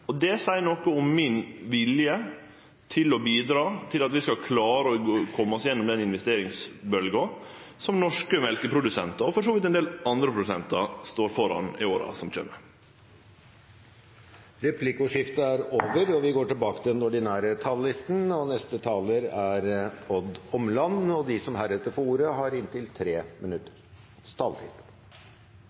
bordet. Det seier noko om min vilje til å bidra til at vi skal klare å kome oss gjennom den investeringsbølgja som norske mjølkeprodusentar – og for så vidt ein del andre produsentar – står framfor i åra som kjem. Replikkordskiftet er omme. De talere som heretter får ordet, har en taletid på inntil